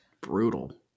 brutal